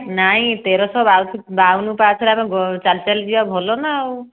ନାଇଁ ତେରଶହ ବାବନ ପାହାଚରେ ଆମେ ଚାଲି ଚାଲି ଯିବା ଭଲ ନା ଆଉ